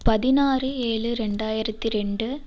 பதினாறு ஏழு ரெண்டாயிரத்தி ரெண்டு